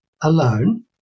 alone